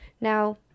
Now